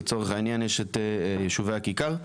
לצורך העניין יש יישובי הכיכר.